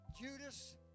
Judas